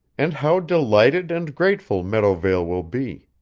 and how delighted and grateful meadowvale will be.